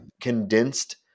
condensed